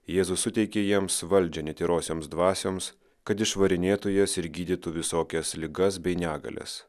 jėzus suteikė jiems valdžią netyrosioms dvasioms kad išvarinėtų jas ir gydytų visokias ligas bei negalias